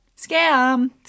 scam